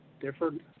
different